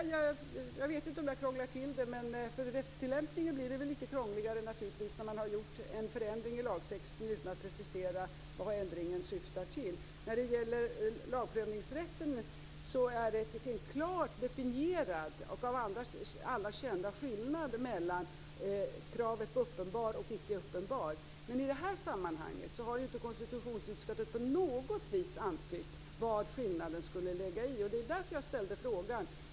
Jag vet inte om jag krånglar till det, men för rättstillämpningen blir det naturligtvis krångligare när man har gjort en förändring i lagtexten utan att precisera vad ändringen syftar till. När det gäller lagprövningsrätten finns det en klart definierad och av alla känd skillnad mellan när något skall vara uppenbart och när det icke skall vara uppenbart. I detta sammanhang har konstitutionsutskottet inte på något vis antytt var skillnaden ligger. Det är därför jag ställde frågan.